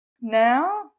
Now